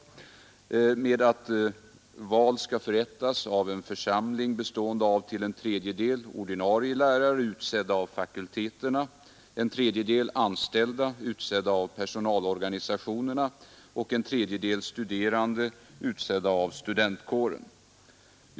Dess förslag innebär att val skall förrättas av en församling bestående till en tredjedel av ordinarie lärare utsedda av fakulteterna, till en tredjedel av anställda utsedda av personalorganisationerna och till en tredjedel av studerande utsedda av studentkåren.